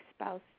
spouse